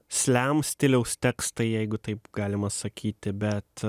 slem stiliaus tekstai jeigu taip galima sakyti bet